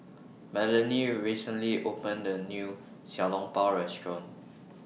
Melany recently opened A New Xiao Long Bao Restaurant